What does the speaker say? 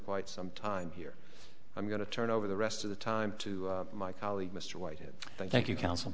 quite some time here i'm going to turn over the rest of the time to my colleague mr whitehead thank you counsel